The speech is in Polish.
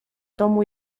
domu